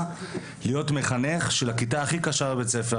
להיות מחנך של הכיתה הכי קשה בבית ספר,